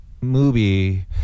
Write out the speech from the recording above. movie